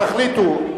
תחליטו.